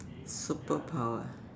superpower